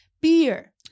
Beer